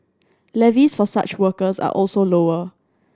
levies for such workers are also lower